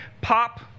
pop